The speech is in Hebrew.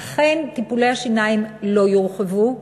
אכן טיפולי השיניים לא יורחבו,